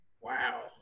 Wow